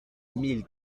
mille